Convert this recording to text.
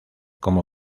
como